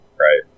Right